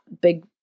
big